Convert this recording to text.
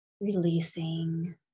Releasing